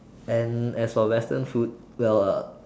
and as for Western food well uh